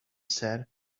said